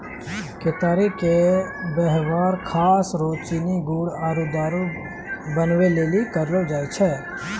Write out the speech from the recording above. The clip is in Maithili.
केतारी के वेवहार खास रो चीनी गुड़ आरु दारु बनबै लेली करलो जाय छै